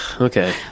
Okay